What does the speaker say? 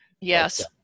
Yes